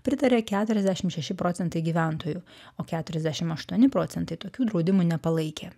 pritarė keturiasdešim šeši procentai gyventojų o keturiasdešim aštuoni procentai tokių draudimų nepalaikė